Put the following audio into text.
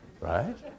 Right